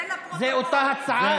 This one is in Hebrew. זו אותה הצעה?